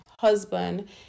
husband